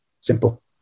Simple